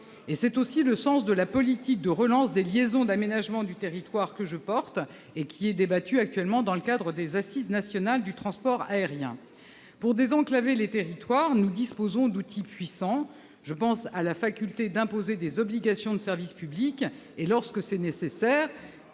C'est aussi le sens de la politique de relance des liaisons d'aménagement du territoire que je promeus et qui est débattue actuellement dans le cadre des assises nationales du transport aérien. Pour désenclaver les territoires, nous disposons d'outils puissants. Je pense à la faculté d'imposer des obligations de service public et, lorsque c'est nécessaire,